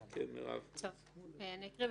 אני אקרא,